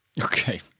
Okay